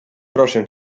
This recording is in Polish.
proszę